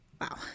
Wow